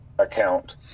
account